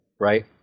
right